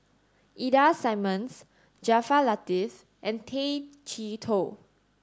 Ida Simmons Jaafar Latiff and Tay Chee Toh